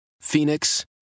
Phoenix